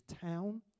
town